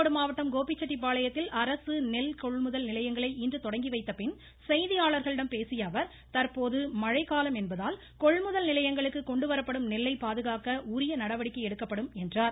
ஈரோடு மாவட்டம் கோபிச்செட்டிப்பாளையத்தில் அரசு நெல் கொள்முதல் நிலையங்களை இன்று தொடங்கிவைத்தபின் செய்தியாளர்களிடம் பேசியஅவர் தற்போது மழை காலம் கொண்டுவரப்படும் நெல்லை பாதுகாக்க உரிய நடவடிக்கை எடுக்கப்படும் என்றார்